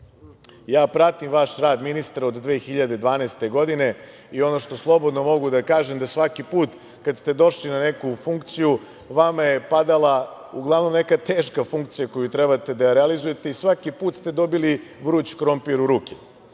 Pratim vaš rad ministre, od 2012. godine i ono što slobodno mogu da kažem da svaki put kada ste došli na neku funkciju, vama je padala uglavnom neka teška funkcija koju trebate da realizujete i svaki put ste dobili vruć krompir u ruke.